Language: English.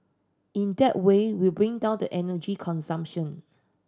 in that way we bring down the energy consumption